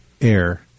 air